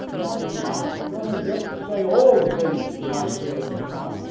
now you're not going to get to say all the things that you might say in response,